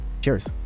cheers